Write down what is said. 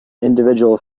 individual